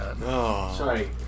Sorry